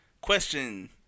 question